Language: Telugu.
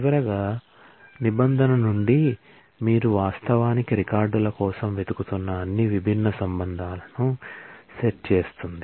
చివరగా నిబంధన నుండి మీరు వాస్తవానికి రికార్డుల కోసం వెతుకుతున్న అన్ని విభిన్న రిలేషన్ లను సెట్ చేస్తుంది